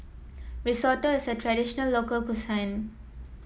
risotto is a traditional local cuisine